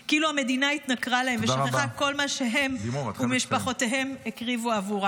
כאילו המדינה התנכרה להם ושכחה את כל מה שהם ומשפחותיהם הקריבו עבורה.